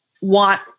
want